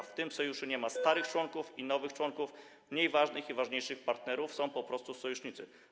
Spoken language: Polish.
W tym Sojuszu nie ma starych członków i nowych członków, mniej ważnych i ważniejszych partnerów - są po prostu sojusznicy.